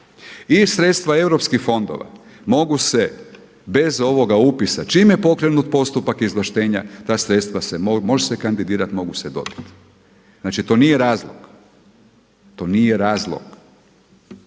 i sredstva EU fondova mogu se bez ovoga upisa čim je pokrenut postupak izvlaštenja ta sredstva se, može se kandidirati, mogu se dobiti. Znači to nije razlog, to nije razlog.